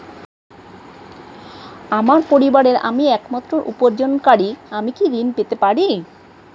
আমার পরিবারের আমি একমাত্র উপার্জনকারী আমি কি ঋণ পেতে পারি?